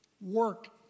work